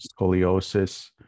scoliosis